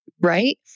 right